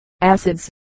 acids